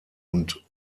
und